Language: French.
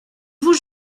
vous